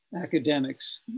academics